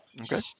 Okay